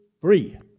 free